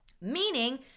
Meaning